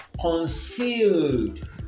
concealed